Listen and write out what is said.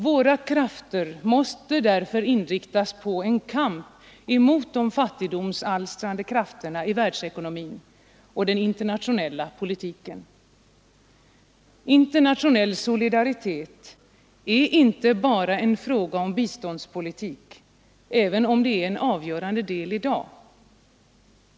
Våra krafter måste därför inriktas på en kamp mot de fattigdomsalstrande krafterna i världsekonomin och den internationella politiken. Internatio nell solidaritet är inte bara en fråga om biståndspolitik, även om det är en avgörande del i dag.